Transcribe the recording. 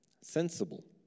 sensible